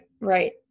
right